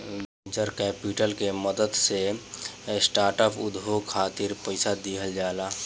venture capital के मदद से स्टार्टअप उद्योग खातिर पईसा दिहल जाला